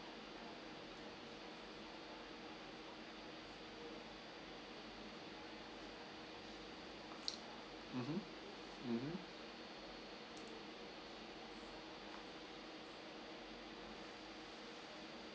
mmhmm mmhmm